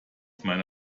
meine